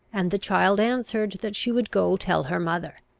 and the child answered that she would go tell her mother.